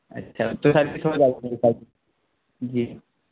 اچھا جی